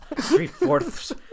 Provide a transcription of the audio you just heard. three-fourths